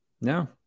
No